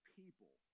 people